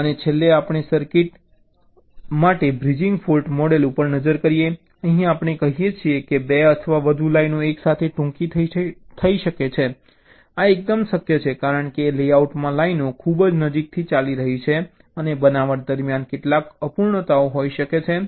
અને છેલ્લે આપણે બ્રિજિંગ ફૉલ્ટ મોડેલ ઉપર નજર કરીએ અહીં આપણે કહીએ છીએ કે 2 અથવા વધુ લાઇનો એક સાથે ટૂંકી થઈ રહી છે આ એકદમ શક્ય છે કારણ કે લેઆઉટમાં લાઇનો ખૂબ નજીકથી ચાલી રહી છે અને બનાવટ દરમિયાન કેટલાક અપૂર્ણતાઓ હોઈ શકે છે